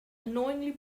unknowingly